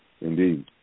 Indeed